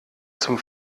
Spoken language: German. zum